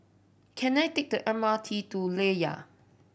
can I take the M R T to Layar